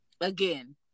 Again